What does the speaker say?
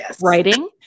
writing